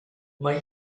mae